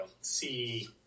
see –